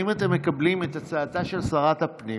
האם אתם מקבלים את הצעתה של שרת הפנים,